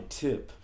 tip